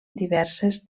diverses